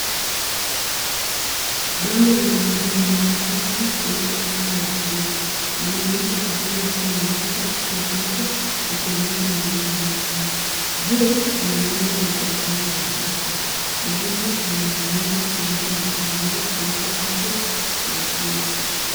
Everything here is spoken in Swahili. Bango la uhamasishaji kuhusu afya ya akili. Linaonyesha kijana akiwa ameshika kichwa chake, akionyesha mawazo mengi. Juu, kuna nembo ya wizara ya afya. Ujumbe unahimiza kuanzisha mazungumzo kuhusu afya ya akili.